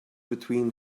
between